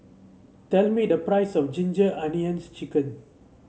tell me the price of Ginger Onions chicken